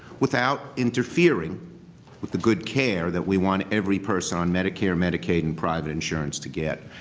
without interfering with the good care that we want every person on medicare, medicaid, and private insurance to get.